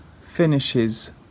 finishes